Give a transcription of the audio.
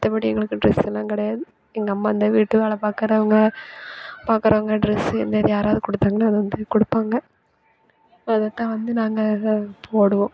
மற்றபடி எங்களுக்கு ட்ரெஸ்ஸல்லாம் கிடையாது எங்கள் அம்மா இந்த வீட்டு வேலை பார்க்குறவுங்க பார்க்குறவுங்க ட்ரெஸ்ஸு இது யாராவது கொடுத்தாங்கன்னா வந்து கொடுப்பாங்க அதைத்தான் வந்து நாங்கள் அதை போடுவோம்